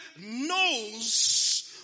knows